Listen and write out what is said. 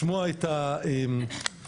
מוסדות אקדמיים בכל מיני בעיות שנוצרו בזמן